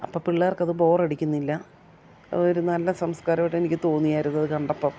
അപ്പോൾ പിള്ളേർക്കത് ബോറടിക്കുന്നില്ല അതൊരു നല്ല സംസ്ക്കാരമായിട്ട് എനിക്ക് തോന്നിയിരുന്നു അതു കണ്ടപ്പം